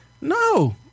no